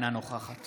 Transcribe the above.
אינה נוכחת